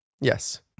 Yes